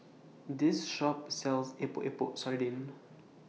This Shop sells Epok Epok Sardin